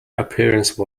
appearance